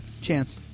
Chance